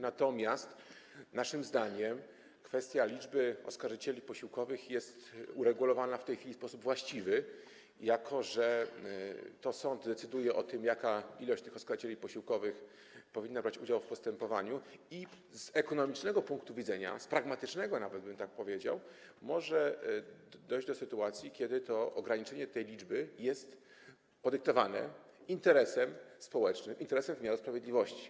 Natomiast naszym zdaniem kwestia liczby oskarżycieli posiłkowych jest uregulowana w tej chwili w sposób właściwy, jako że to sąd decyduje o tym, ilu tych oskarżycieli posiłkowych powinno brać udział w postępowaniu, i z ekonomicznego, nawet bym powiedział, z pragmatycznego punktu widzenia może dojść do sytuacji, kiedy to ograniczenie tej liczby jest podyktowane interesem społecznym, interesem wymiaru sprawiedliwość.